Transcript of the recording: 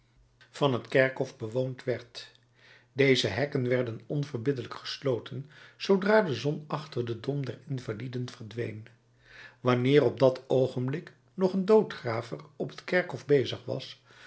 van het kerkhof bewoond werd deze hekken werden onverbiddelijk gesloten zoodra de zon achter den dom der invaliden verdween wanneer op dat oogenblik nog een doodgraver op het kerkhof bezig was